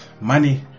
Money